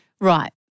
Right